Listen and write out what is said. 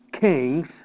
kings